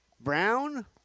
Brown